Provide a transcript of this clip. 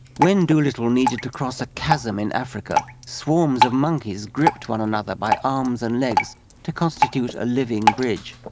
when dolittle needed to cross a chasm in africa, swarms of monkeys gripped one another by arms and legs to constitute a living bridge.